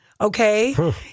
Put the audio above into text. okay